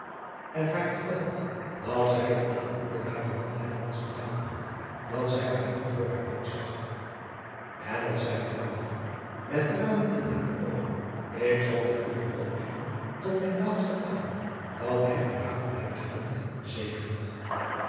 en haar verteld dat zij het aan den goeden uitenant te danken had dat zij mij nog voor haar dood zag n wat zeî de ouwe vrouw met tranen in hare oogen k zal den goeijen od bidden tot mijn laatsten adem dat hij uw braven uitenant zegent